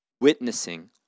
witnessing